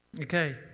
okay